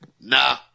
nah